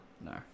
No